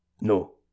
No